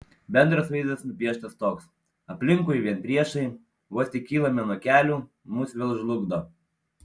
bendras vaizdas nupieštas toks aplinkui vien priešai vos tik kylame nuo kelių mus vėl žlugdo